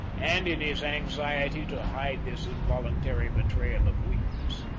and in his anxiety to hide this involuntary betrayal of weakness,